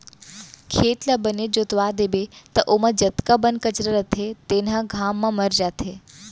खेत ल बने जोतवा देबे त ओमा जतका बन कचरा रथे तेन ह घाम म मर जाथे